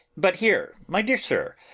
but here, my dear sir,